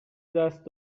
دست